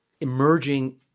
emerging